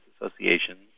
associations